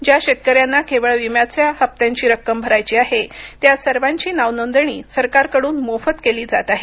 ज्या शेतकऱ्यांना केवळ विम्याचे हप्त्यांची रक्कम भरायची आहे त्या सर्वांची नावनोंदणी सरकारकडून मोफत केली जात आहे